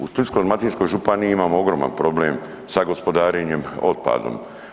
U Splitsko-dalmatinskoj županiji imamo ogroman problem sa gospodarenjem otpadom.